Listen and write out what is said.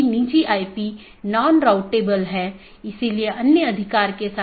BGP का विकास routing सूचनाओं को एकत्र करने और संक्षेपित करने के लिए हुआ है